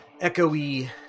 echoey